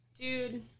dude